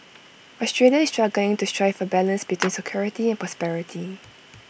Australia is struggling to strike A balance between security and prosperity